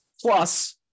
Plus